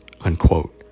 unquote